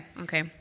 okay